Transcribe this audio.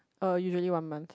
uh usually one month